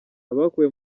abakuwe